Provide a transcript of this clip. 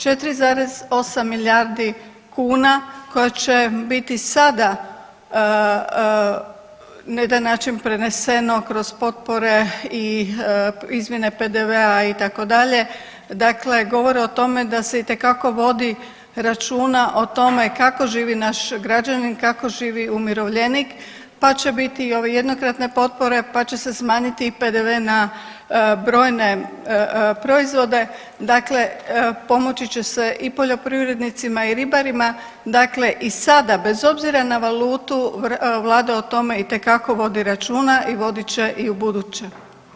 4,8 milijardi kuna koje će biti sada na jedan način preneseno kroz potpore i izmjene PDV-a itd. dakle govore o tome da se itekako vodi računa o tome kako živi naš građanin, kako živi umirovljenik pa će biti ove jednokratne potpore, pa će se smanjiti PDV na brojne proizvode, dakle pomoći će se i poljoprivrednicima i ribarima dakle i sada bez obzira na valutu Vlada o tome itekako vodi računa i vodit će i ubuduće.